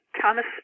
Thomas